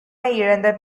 இழந்த